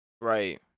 Right